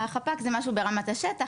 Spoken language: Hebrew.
החפ"ק זה משהו ברמת השטח,